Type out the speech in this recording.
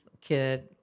kid